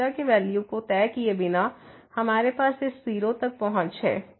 तो ϴ के वैल्यू को तय किए बिना हमारे पास इस 0 तक पहुंच है